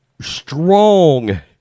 strong